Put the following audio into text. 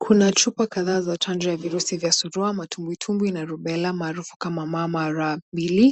Kuna chupa kadhaa za chanjo ya virusi vya surwaa, matumbwitumbwi na rubella maarufu kama ma ma ra.